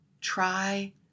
Try